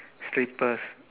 slippers